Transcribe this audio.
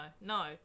no